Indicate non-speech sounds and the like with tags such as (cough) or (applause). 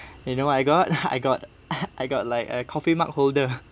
(breath) you know I got I got (laughs) I got (laughs) like a coffee mug holder